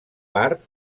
part